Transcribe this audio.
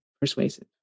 persuasive